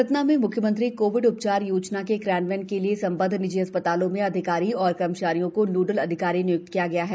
सतना में मुख्यमंत्री कोविड उपचार योजना के क्रियान्वयन के लिये संबद्ध निजी अस्पतालों में अधिकारी और कर्मचारियों को नोडल अधिकारी निय्क्त किया है